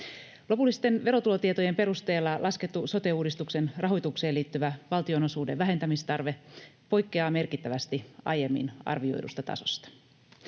Lopullisten verotulotietojen perusteella laskettu sote-uudistuksen rahoitukseen liittyvä valtionosuuden vähentämistarve poikkeaa merkittävästi aiemmin arvioidusta tasosta.